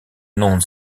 non